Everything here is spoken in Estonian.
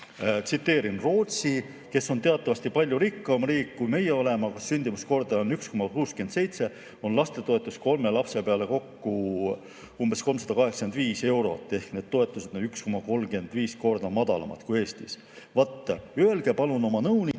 Tsiteerin: "Rootsi, kes on teatavasti palju rikkam riik, kui meie oleme, kus sündimuskordaja on 1,67, on lapsetoetus kolme lapse peale kokku [---] umbes 385 eurot, ehk toetused on 1,35 korda väiksemad kui Eestis." Vat, öelge palun oma nõunikele,